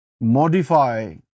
modify